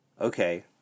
Okay